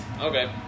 Okay